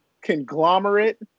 conglomerate